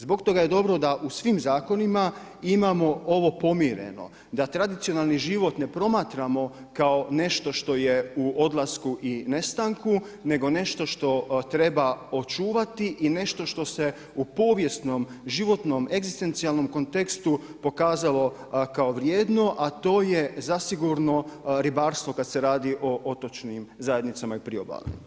Zbog toga je dobro da u svim zakonima imamo ovo pomireno, da tradicionalni život ne promatramo kao nešto što je u odlasku i nestanku nego nešto što treba očuvati i nešto što se u povijesnom, životnom, egzistencijalnom kontekstu pokazalo kao vrijedno, a to je zasigurno ribarstvo kada se radi o otočnim zajednicama i priobalnim.